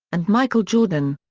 and michael jordan.